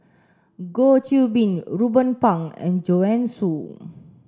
Goh Qiu Bin Ruben Pang and Joanne Soo